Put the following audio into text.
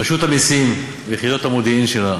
רשות המסים ויחידות המודיעין שלה,